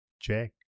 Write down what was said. Check